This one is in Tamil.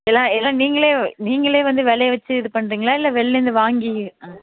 எல்லாம் எல்லாம் நீங்களே நீங்களே வந்து விளைய வெச்சு இது பண்ணுறீங்களா இல்லை வெளிலேருந்து வாங்கி ஆ